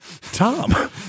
Tom